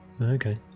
Okay